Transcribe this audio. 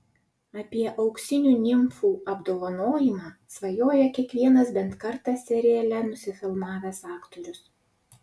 apie auksinių nimfų apdovanojimą svajoja kiekvienas bent kartą seriale nusifilmavęs aktorius